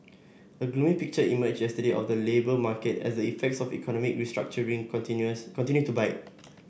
a gloomy picture emerged yesterday of the labour market as the effects of economic restructuring continues continue to bite